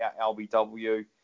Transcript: LBW